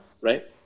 right